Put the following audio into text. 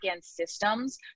systems